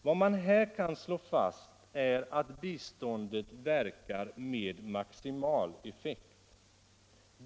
Här, kan man slå fast, verkar biståndet med maximal effekt.